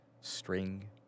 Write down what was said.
String